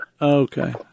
Okay